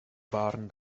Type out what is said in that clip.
barn